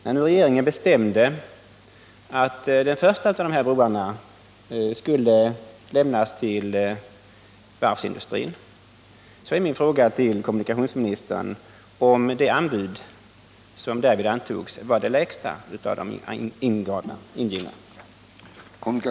När nu regeringen bestämde att den första beställningen av dessa broar skulle lämnas till varvsindustrin, är min fråga till kommunikationsministern om det anbud som därvid antogs var det lägsta av de ingivna.